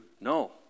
No